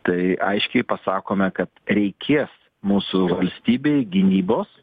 tai aiškiai pasakome kad reikės mūsų valstybei gynybos